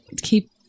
keep